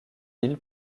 ils